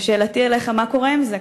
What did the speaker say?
שאלתי אליך: מה קורה עם זה?